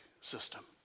system